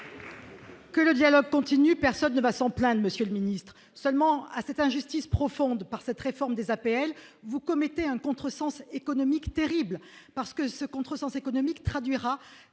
Que le dialogue continue, personne ne va s'en plaindre, Monsieur le Ministre, seulement à cette injustice profonde par cette réforme des APL vous commettez un contresens économique terribles, parce que ce contresens économique traduira